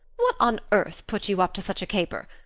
what on earth put you up to such a caper?